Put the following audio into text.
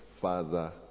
Father